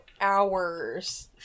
hours